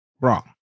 wrong